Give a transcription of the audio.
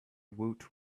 woot